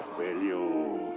you!